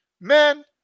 man